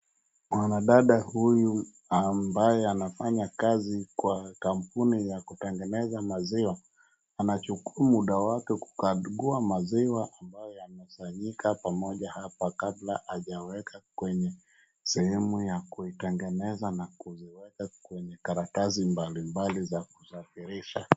Mwanadada huyu ambaye anafanya kazi kwa kampuni ya kutengeneza maziwa anachukua muda wake kukagua maziwa ambayo yamesanyika pamoja hapa kabla hajaweka kwenye sehemu ya kuitengeneza na kuziweka kwenye karatasi mbalimbali za kusafirisha.